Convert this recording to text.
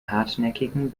hartnäckigen